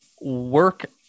work